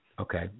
Okay